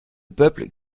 peuple